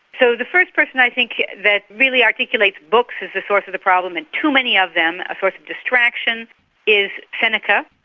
so the first person i think that really articulates books as the source of the problem and too many of them a source of distraction is seneca,